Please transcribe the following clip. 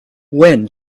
when